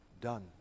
done